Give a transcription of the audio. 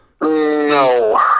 No